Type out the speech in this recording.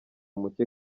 mucye